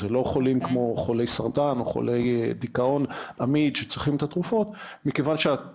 לא כמו חולי סרטן או חולי דיכאון עמיד - בעוד חמש שנים אמורה